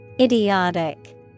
Idiotic